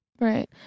Right